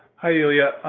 hi, ilya.